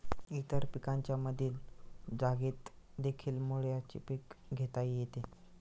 इतर पिकांच्या मधील जागेतदेखील मुळ्याचे पीक घेता येते